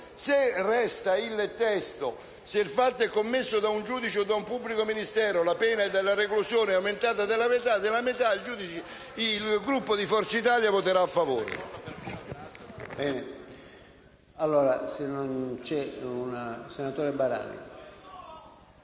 Se restano le parole «Se il fatto è commesso da un giudice o un pubblico ministero la pena della reclusione è aumentata della metà», il Gruppo di Forza Italia voterà a favore.